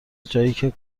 جاییکه